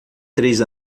três